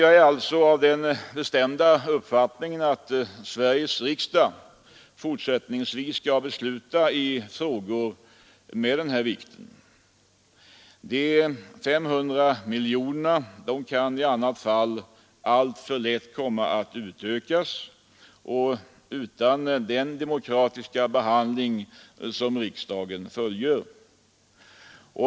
Jag är alltså av den bestämda uppfattningen att Sveriges riksdag fortsättningsvis skall besluta i frågor av denna storleksordning. De 500 miljonerna kan i annat fall alltför lätt komma att utökas, och då utan den demokratiska behandling som riksdagen fullgör.